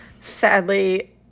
sadly